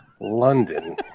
London